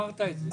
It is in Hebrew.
אמרת את זה.